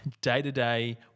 Day-to-day